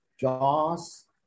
jaws